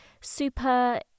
super